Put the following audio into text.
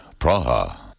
Praha